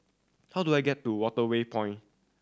how do I get to Waterway Point